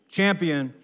champion